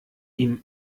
ihm